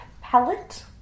palette